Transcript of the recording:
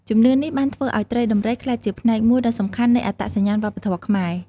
ជំនឿនេះបានធ្វើឱ្យត្រីដំរីក្លាយជាផ្នែកមួយដ៏សំខាន់នៃអត្តសញ្ញាណវប្បធម៌ខ្មែរ។